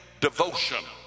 devotion